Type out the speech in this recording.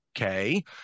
okay